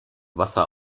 wasser